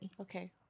Okay